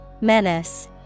Menace